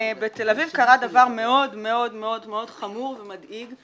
בתל אביב קרה דבר מאוד מאוד מאוד חמור ומדאיג.